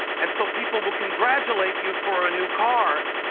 and so people will congratulate you for a new car,